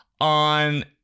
on